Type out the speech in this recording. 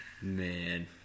Man